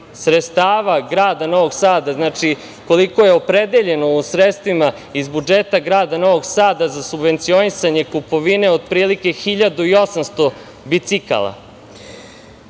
sredstava grada Novog Sada. Znači, koliko je opredeljeno u sredstvima iz budžeta grada Novog Sada za subvencionisanje kupovine otprilike 1800 bicikala. Svesni